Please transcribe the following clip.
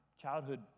childhood